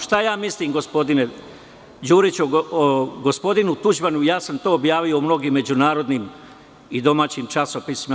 Šta ja mislim, gospodine Đuriću, o gospodinu Tuđmanu, ja sam objavio u mnogim međunarodnim i domaćim časopisima.